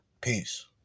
Peace